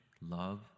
love